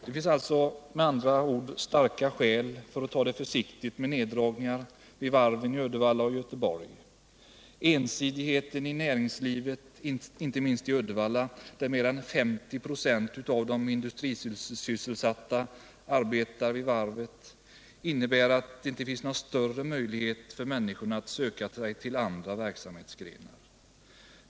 Det finns med andra ord starka: skäl för att ta det försiktigt med neddragningar vid varven i Uddevalla och Göteborg. Ensidigheten i näringslivet, inte minst i Uddevalla där mer än 50 96 av de industrisysselsatta arbetar vid varvet, innebär att det inte finns någon större möjlighet för människorna att söka sig till andra verksamhetsgrenar.